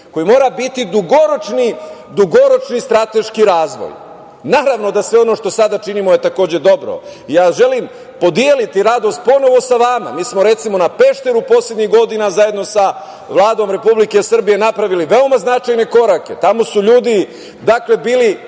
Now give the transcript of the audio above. koji mora biti dugoročni strateški razvoj. Naravno da sve ono što činimo je takođe dobro i ja želim podeliti radost ponovo sa vama, jer mi smo recimo na Pešteru poslednjih godina, zajedno sa Vladom Republike Srbije, napravili veoma značajne korake. Tamo su ljudi bili